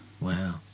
Wow